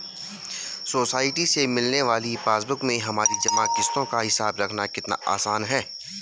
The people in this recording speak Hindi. सोसाइटी से मिलने वाली पासबुक में हमारी जमा किश्तों का हिसाब रखना कितना आसान है